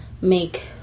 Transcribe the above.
make